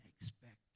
expect